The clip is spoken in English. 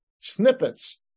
snippets